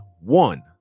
one